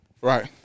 Right